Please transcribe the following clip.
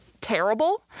terrible